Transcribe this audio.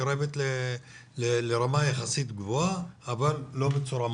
מתקרבת לרמה יחסית גבוהה, אבל לא בצורה מוחלטת.